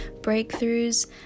breakthroughs